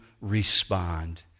respond